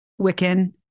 Wiccan